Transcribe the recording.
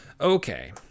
okay